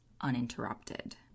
uninterrupted